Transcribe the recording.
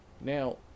Now